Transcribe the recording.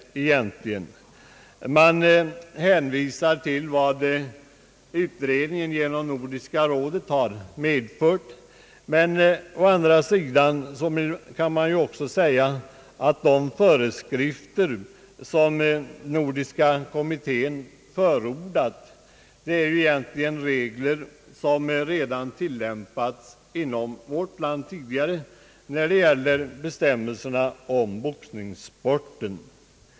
Reservanterna hänvisar till vad den genom Nordiska rådets försorg genomförda utredningen har utvisat, men å andra sidan kan också sägas att de föreskrifter som Nordiska kommittén förordat egentligen redan har tillämpats inom vårt land när det gäller boxningssporten.